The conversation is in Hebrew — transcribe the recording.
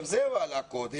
גם זה לא עלה קודם.